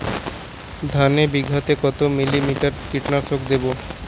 ধানে বিঘাতে কত মিলি লিটার কীটনাশক দেবো?